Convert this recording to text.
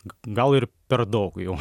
gal ir per daug jau